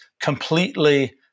completely